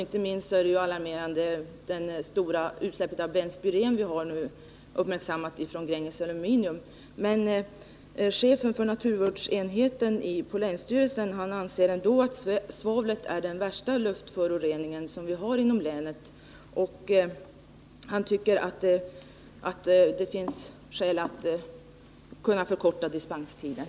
Inte minst alarmerande är det stora utsläpp benspyren från Gränges Aluminium som uppmärksammats. Men chefen för naturvårdsenheten på länsstyrelsen anser ändå att svavlet är den värsta luftföroreningen inom länet, och han tycker att det finns skäl att förkorta dispenstiden.